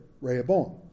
Rehoboam